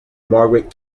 margaret